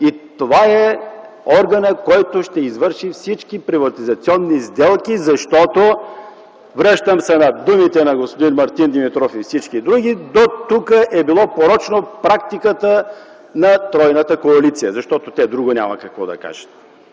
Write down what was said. и това е органът, който ще извърши всички приватизационни сделки, защото – връщам се на думите на господин Мартин Димитров и всички други, дотук е била порочна практиката на тройната коалиция, защото те друго няма какво да кажат.